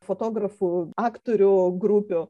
fotografų aktorių grupių